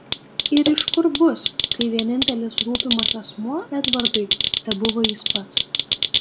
ir iš kur bus kai vienintelis rūpimas asmuo edvardui tebuvo jis pats